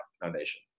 Foundation